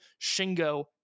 Shingo